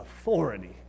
authority